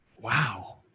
Wow